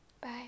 bye